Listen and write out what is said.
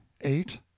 eight